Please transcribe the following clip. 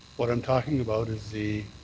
what i'm talking about is the